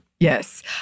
Yes